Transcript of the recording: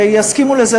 ויסכימו לזה,